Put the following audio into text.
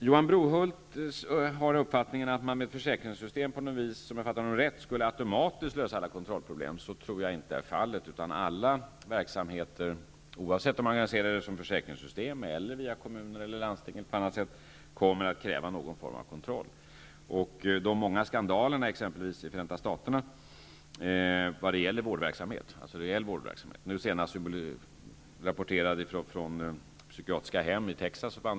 Johan Brohult menar, om jag förstår honom rätt, att man med ett försäkringssystem automatiskt skulle lösa alla kontrollproblem. Det tror jag inte är fallet. Alla verksamheter av detta slag, oavsett om de organiseras som försäkringssystem eller finansieras via kommuner och landsting, kommer att kräva någon form av kontroll. De många skandalerna i exempelvis Förenta staterna inom reell vårdverksamhet visar att det inte är någon automatik i detta. Nu senast har vi fått rapporter från psykiatriska hem i bl.a. Texas.